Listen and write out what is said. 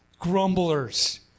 grumblers